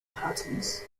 patterns